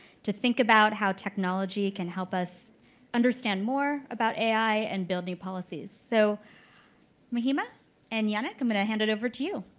to think about how technology can help us understand more about ai and building policies. so mahima and yannick, i'm going to hand it over to you.